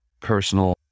personal